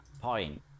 point